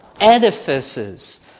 edifices